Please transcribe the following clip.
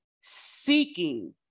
seeking